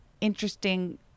interesting